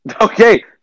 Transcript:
Okay